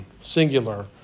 Singular